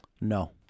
No